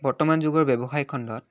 বৰ্তমান যুগৰ ব্যৱসায়িক খণ্ডত